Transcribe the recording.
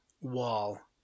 wall